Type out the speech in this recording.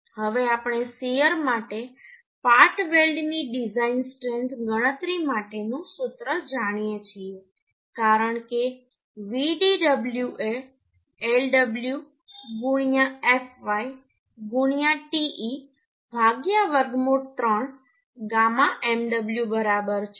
હવે આપણે શીયર માટે પાર્ટ વેલ્ડની ડિઝાઇન સ્ટ્રેન્થ ગણતરી માટેનું સૂત્ર જાણીએ છીએ કારણ કે Vdw એ Lw fy te વર્ગમૂળ 3 γ mw બરાબર છે